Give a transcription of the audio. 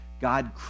God